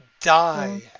die